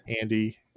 Andy